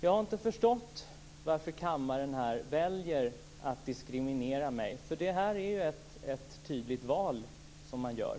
Jag har inte förstått varför kammaren väljer att diskriminera mig. Det är ett tydligt val som man gör.